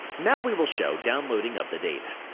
now we will show downloading of the data.